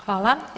Hvala.